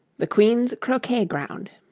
the queen's croquet-ground